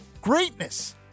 Greatness